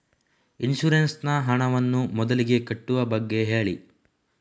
insurance ನ ಹಣವನ್ನು ಮೊದಲಿಗೆ ಕಟ್ಟುವ ಬಗ್ಗೆ ಹೇಳಿ